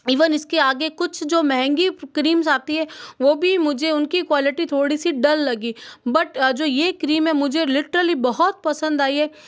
even इसके आगे कुछ जो महंगी क्रीम्स आती है वह भी मुझे उनकी क्वालिटी थोड़ी सी डल्ल लगी बट जो यह क्रीम है मुझे लिटरेली बहुत पसंद आई है